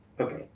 Okay